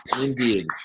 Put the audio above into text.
Indeed